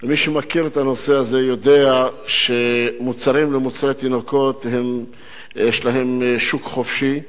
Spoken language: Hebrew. ומי שמכיר את הנושא הזה יודע שלמוצרי תינוקות יש שוק חופשי,